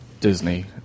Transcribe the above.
Disney